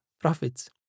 prophets